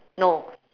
no